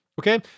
Okay